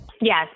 Yes